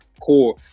core